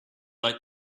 like